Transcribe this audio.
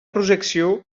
projecció